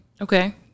okay